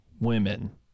women